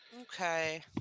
Okay